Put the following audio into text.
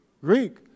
Greek